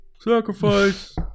sacrifice